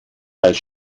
als